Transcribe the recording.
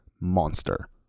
monster